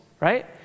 right